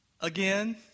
Again